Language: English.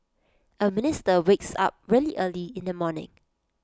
A minister wakes up really early in the morning